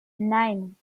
nein